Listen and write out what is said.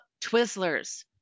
Twizzlers